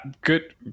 good